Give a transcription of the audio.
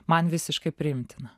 man visiškai priimtina